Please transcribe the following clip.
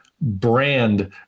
brand